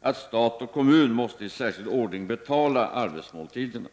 att stat och kommun måste i särskild ordning betala arbetsmåltiderna.